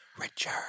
richer